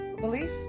belief